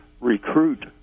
recruit